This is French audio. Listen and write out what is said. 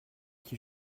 qui